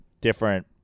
different